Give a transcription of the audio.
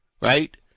Right